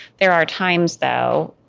there are times though,